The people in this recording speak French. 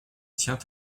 tient